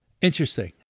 Interesting